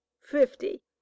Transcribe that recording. fifty